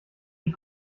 die